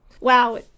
wow